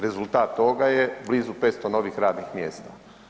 Rezultat toga je blizu 500 novih radnih mjesta.